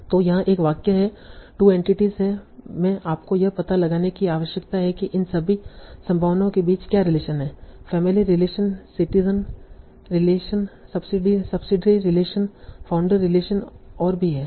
तो यहां एक वाक्य है 2 एंटिटीस में आपको यह पता लगाने की आवश्यकता है कि इन सभी संभावनाओं के बीच क्या रिलेशन है family relation citizen relation subsidiary relation founder relation और भी है